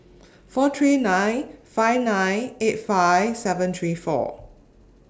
four three nine five nine eight five seven three four